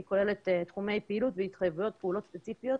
היא כוללת תחומי פעילות והתחייבויות לפעולות ספציפיות